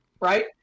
right